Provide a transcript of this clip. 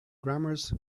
grammars